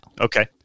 Okay